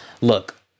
look